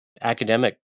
academic